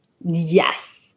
Yes